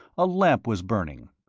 a lamp was burning.